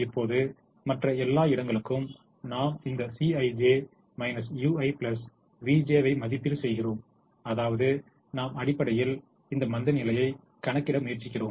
இப்போது மற்ற எல்லா இடங்களுக்கும் நாம் இந்த Cij ui vj ஐ மதிப்பீடு செய்கிறோம் அதாவது நாம் அடிப்படையில் இந்த மந்தநிலையை கணக்கிட முயற்சிக்கிறோம்